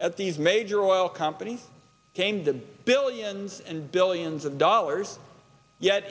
at these major oil companies came to billions and billions of dollars yet